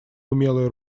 умелое